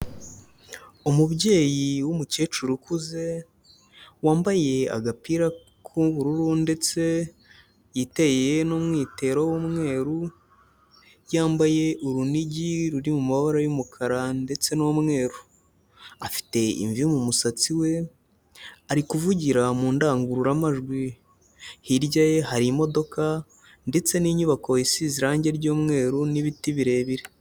Umubyeyi w'umukecuru ukuze, wambaye agapira k'ubururu ndetse yiteye n'umwitero w'umweru, yambaye urunigi ruri mu mabara y'umukara ndetse n'umweru, afite imvi mu musatsi we, ari kuvugira mu ndangururamajwi, hirya ye hari imodoka, ndetse n'inyubako isize irangi ry'umweru n'ibiti birebire.